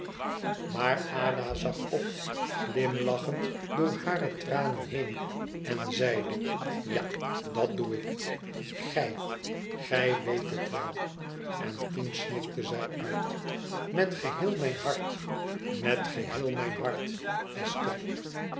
maar ada zag op glimlachend door hare tranen heen en zeide ja dat doe ik gij gij weet het wel en toen snikte zij uit met geheel mijn hart met geheel mijn hart esther